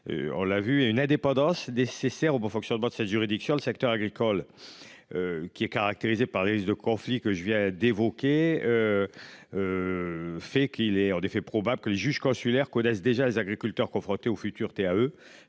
On l'a vu et une indépendance des Césaire au bon fonctionnement de cette juridiction. Le secteur agricole. Qui est caractérisé par les risques de conflit que je viens d'évoquer. Fait qu'il est en effet probable que les juges consulaires connaissent déjà les agriculteurs confrontés aux futurs